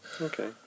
Okay